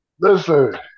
Listen